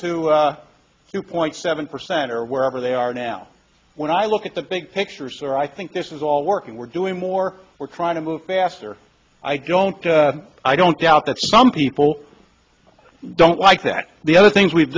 to two point seven percent or wherever they are now when i look at the big picture sir i think this is all working we're doing more we're trying to move faster i don't i don't doubt that some people don't like that the other things we've